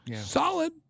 Solid